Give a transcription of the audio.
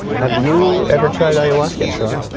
have you ever tried ayahuasca? sure.